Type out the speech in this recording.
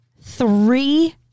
three